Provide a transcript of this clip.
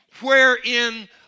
wherein